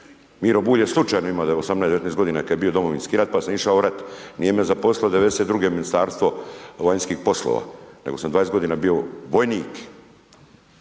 Miro Bulj je slučajno imao evo 18, 19 godina kad je bio Domovinski rat, pa sam išao u rat. Nije me zaposlilo '92. Ministarstvo vanjskih poslova, nego sam 20 godina bio vojnik.